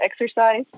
exercise